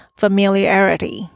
familiarity